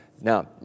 now